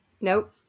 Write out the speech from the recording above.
Nope